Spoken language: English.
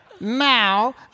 Now